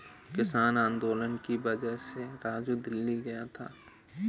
किसान आंदोलन की वजह से राजू दिल्ली गया था